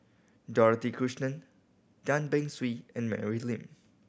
Dorothy Krishnan Tan Beng Swee and Mary Lim